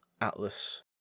Atlas